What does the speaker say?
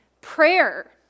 Prayer